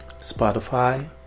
Spotify